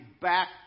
back